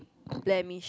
Laneige